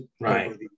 Right